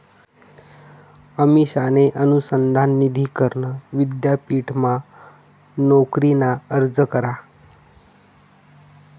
अमिषाने अनुसंधान निधी करण विद्यापीठमा नोकरीना अर्ज करा